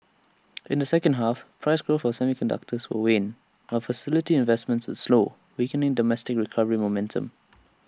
in the second half price growth of semiconductors will wane while facility investments slow weakening domestic recovery momentum